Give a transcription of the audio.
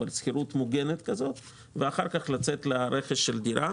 אבל שכירות מוגנת כזו ואחר כך לצאת לרכש דירה.